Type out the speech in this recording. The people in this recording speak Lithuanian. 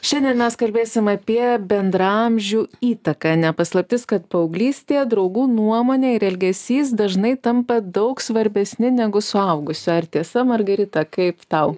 šiandien mes kalbėsim apie bendraamžių įtaką ne paslaptis kad paauglystėje draugų nuomonė ir elgesys dažnai tampa daug svarbesni negu suaugusių ar tiesa margarita kaip tau